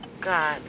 God